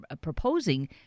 proposing